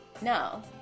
No